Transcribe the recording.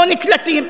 לא נקלטים,